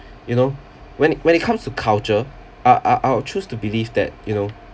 you know when it when it comes to culture I I I'll choose to believe that you know